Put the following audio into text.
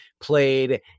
played